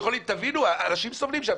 תבינו, אנשים סובלים שם.